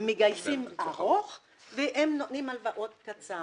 הם מגייסים ארוך ונותנים הלוואות קצר.